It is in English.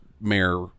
mayor